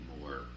more